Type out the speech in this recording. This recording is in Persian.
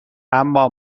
اما